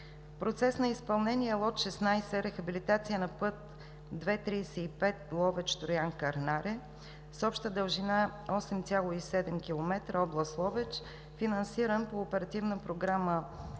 процес на изпълнение е лот 16 „Рехабилитация на път II-35 Ловеч – Троян – Кърнаре“, с обща дължина 8,7 км, област Ловеч, финансиран по Оперативна програма